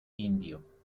indio